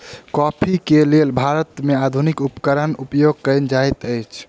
coffee के लेल भारत में आधुनिक उपकरण उपयोग कएल जाइत अछि